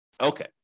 Okay